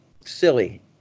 silly